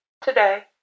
today